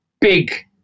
big